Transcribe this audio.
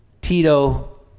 Tito